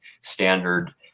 standard